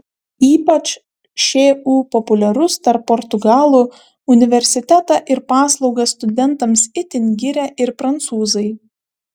ypač šu populiarus tarp portugalų universitetą ir paslaugas studentams itin giria ir prancūzai